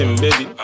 baby